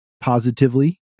positively